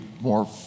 more